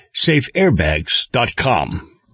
safeairbags.com